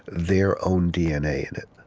their own dna in it